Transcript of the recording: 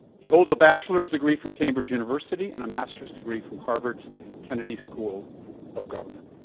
he holds a bachelor's degree from cambridge university and a master's degree from harvard's kennedy school of government.